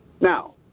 Now